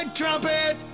trumpet